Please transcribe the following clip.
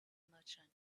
merchant